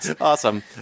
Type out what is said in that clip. Awesome